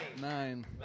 Nine